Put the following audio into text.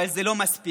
אבל זה לא מספיק: